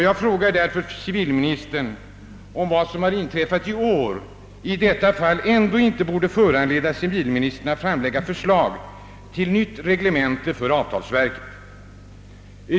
Jag frågar därför civilministern om vad som har inträffat i år ändå inte borde föranleda civilministern att framlägga förslag till nytt reglemente för avtalsverket.